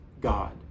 God